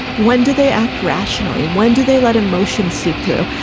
when do they act rationally? when do they let emotions seep through?